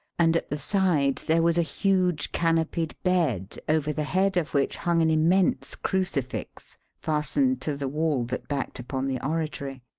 and at the side there was a huge canopied bed over the head of which hung an immense crucifix fastened to the wall that backed upon the oratory.